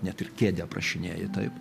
net ir kėdę aprašinėji taip